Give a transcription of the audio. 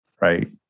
right